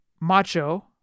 Macho